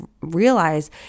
realize